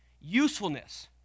usefulness